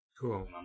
Cool